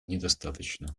недостаточно